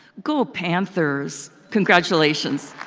go panthers! congratulations!